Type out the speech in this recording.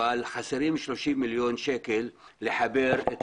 אבל חסרים 30 מיליון שקלים לחבר את